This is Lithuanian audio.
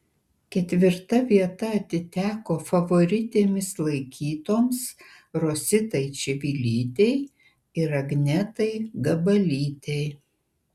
ketvirta vieta atiteko favoritėmis laikytoms rositai čivilytei ir agnetai gabalytei